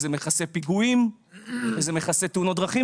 זה מכסה פיגועים וזה מכסה תאונות דרכים